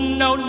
no